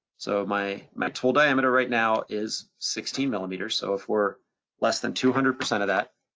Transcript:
so my my tool diameter right now is sixteen millimeters, so if we're less than two hundred percent of that,